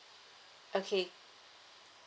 okay